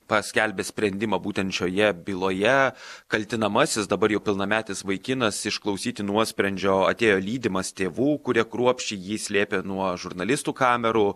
paskelbė sprendimą būtent šioje byloje kaltinamasis dabar jau pilnametis vaikinas išklausyti nuosprendžio atėjo lydimas tėvų kurie kruopščiai jį slėpė nuo žurnalistų kamerų